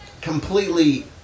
completely